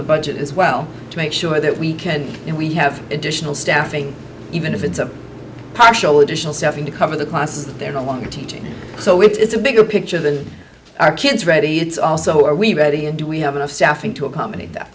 the budget as well to make sure that we can and we have additional staffing even if it's a partial additional seven to cover the classes that they're longer teaching so it's a bigger picture than our kids ready it's also are we ready and do we have enough staffing to accompany that